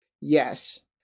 Yes